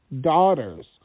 daughters